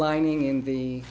lining in the